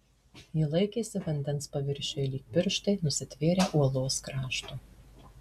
ji laikėsi vandens paviršiuje lyg pirštai nusitvėrę uolos krašto